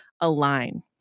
align